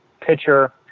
pitcher